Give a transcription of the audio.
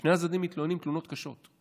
ושני הצדדים מתלוננים תלונות קשות.